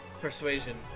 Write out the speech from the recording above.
persuasion